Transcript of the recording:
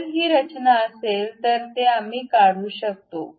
जर ही रचना असेल तर आम्ही ते काढू शकतो